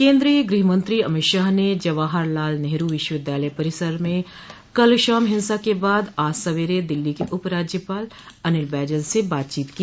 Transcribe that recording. केन्द्रीय गृहमंत्री अमित शाह ने जवाहरलाल नेहरू विश्वविद्यालय परिसर में कल शाम हिंसा के बाद आज सवेरे दिल्ली के उप राज्यपाल अनिल बैजल से बातचीत की